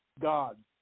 God